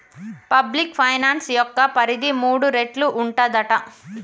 public finance యొక్క పరిధి మూడు రేట్లు ఉంటదట